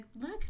look